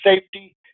safety